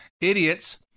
idiots